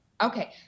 Okay